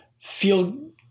feel